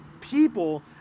people